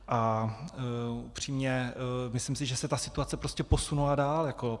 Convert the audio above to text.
A upřímně, myslím si, že se ta situace prostě posunula jako dál.